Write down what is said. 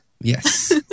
Yes